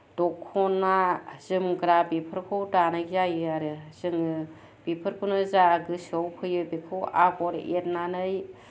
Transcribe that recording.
दख'ना जोमग्रा बेफोरखौ दानाय जायो आरो जोङो बेफोरखौनो जा गोसोआव फैयो बेखौ आगर एरनानै